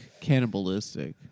cannibalistic